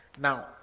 Now